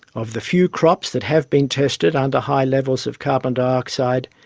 of the few crops that have been tested under high levels of carbon dioxide,